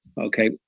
Okay